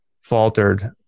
faltered